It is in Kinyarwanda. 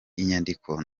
inyandiko